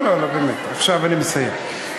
עכשיו אני מסיים.